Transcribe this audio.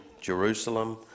Jerusalem